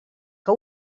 que